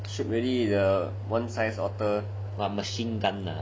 similarly the one-size otter lah machine gunner